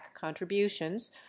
contributions